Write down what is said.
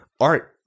art